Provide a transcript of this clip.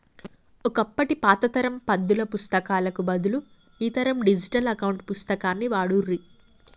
ఒకప్పటి పాత తరం పద్దుల పుస్తకాలకు బదులు ఈ తరం డిజిటల్ అకౌంట్ పుస్తకాన్ని వాడుర్రి